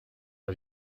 are